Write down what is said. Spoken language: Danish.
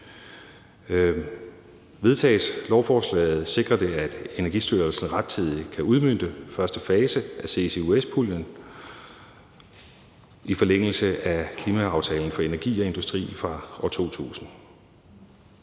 Vedtages lovforslaget, sikrer det, at Energistyrelsen rettidigt kan udmønte første fase af CCUS-puljen i forlængelse af klimaaftalen for energi og industri fra 2000.